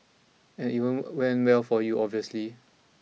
and it won't end well for you obviously